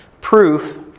proof